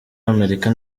amerika